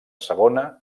segona